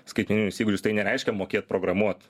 skaitmeninius įgūdžius tai nereiškia mokėt programuot